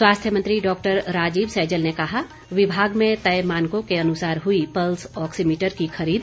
स्वास्थ्य मंत्री डॉक्टर राजीव सैजल ने कहा विभाग में तय मानकों के अनुसार हुई पल्स ऑक्सीमीटर की खरीद